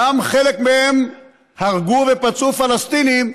גם חלק מהם הרגו ופצעו פלסטינים,